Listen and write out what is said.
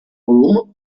volum